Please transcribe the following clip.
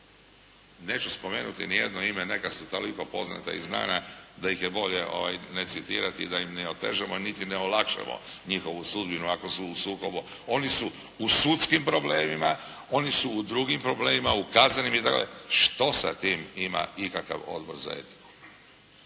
Neću spomenuti niti jedno ime, neka su toliko poznata i znana da ih je bolje ne citirati da im ne otežamo niti ne olakšamo njihovu sudbinu ako su u sukobu. Oni su u sudskim problemima, oni su u drugim problemima, u kaznenim. Što sa tim ima ikakav Odbor za etiku?